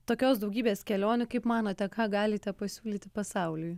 tokios daugybės kelionių kaip manote ką galite pasiūlyti pasauliui